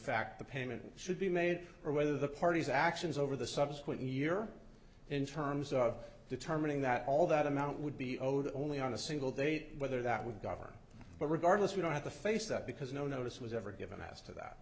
fact the payment should be made or whether the parties actions over the subsequent year in terms of determining that all that amount would be owed only on a single date whether that would govern but regardless we don't have to face that because no notice was ever given as to that